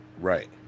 right